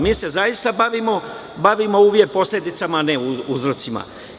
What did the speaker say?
Mi se zaista bavimo uvek posledicama, a ne uzrocima.